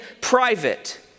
private